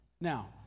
Now